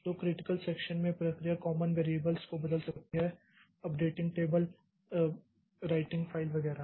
तो critical section में प्रक्रिया कॉमन वेरियबल्स को बदल सकती है अपडेटिंग टेबल राइटिंग फाइल वगैरह